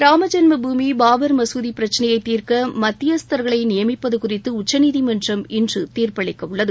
ராமஜென்ம பூமி பாபர் மசூதி பிரச்சினையை தீர்க்க மத்தியஸ்தர்களை நியமிப்பது குறித்து உச்சநீதிமன்றம் இன்று தீர்ப்பளிக்க உள்ளது